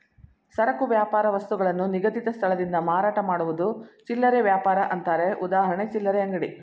ಸರಕು ವ್ಯಾಪಾರ ವಸ್ತುಗಳನ್ನು ನಿಗದಿತ ಸ್ಥಳದಿಂದ ಮಾರಾಟ ಮಾಡುವುದು ಚಿಲ್ಲರೆ ವ್ಯಾಪಾರ ಅಂತಾರೆ ಉದಾಹರಣೆ ಚಿಲ್ಲರೆ ಅಂಗಡಿ